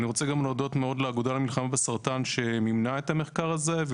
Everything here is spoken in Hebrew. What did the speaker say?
אני רוצה גם להודות מאוד לאגודה למלחמה בסרטן שמימנה את המחקר הזה,